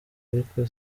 ariko